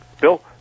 Bill